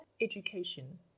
education